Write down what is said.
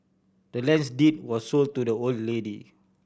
the land's deed was sold to the old lady